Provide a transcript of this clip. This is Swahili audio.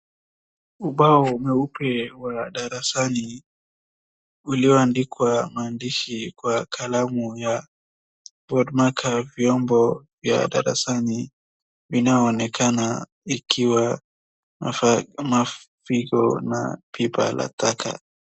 Ubao mweupe wa darasani ulioandikwa maandishi kwa kalamu ya boardmark vyombo ya darasani linaoonekana ikiwa na fimbo na pipa la taka.